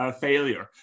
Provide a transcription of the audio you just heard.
failure